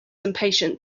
impatient